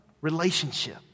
relationship